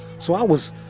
so, i was,